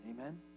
amen